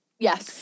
Yes